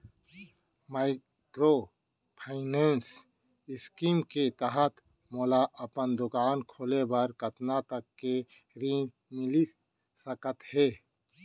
Microfinance scheme के तहत मोला अपन दुकान खोले बर कतना तक के ऋण मिलिस सकत हे?